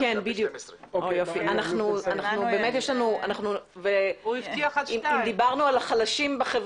בכל אחד מהדברים האלה יש עשרות פרויקטים שהמשרד נותן דגש מתוך מטרה